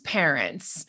parents